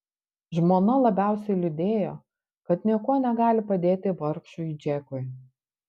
žmona labiausiai liūdėjo kad niekuo negali padėti vargšui džekui